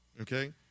Okay